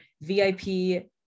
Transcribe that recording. VIP